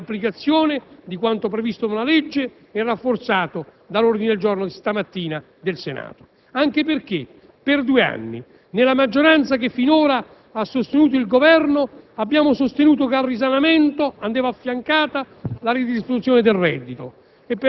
nell'applicazione di quanto previsto dalla legge e rafforzato dall'ordine del giorno approvato dal Senato, anche perché per due anni, nella maggioranza che finora ha sostenuto il Governo, abbiamo affermato che al risanamento andava affiancata la redistribuzione del reddito.